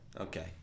Okay